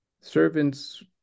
servants